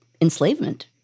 enslavement